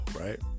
right